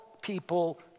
people